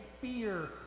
fear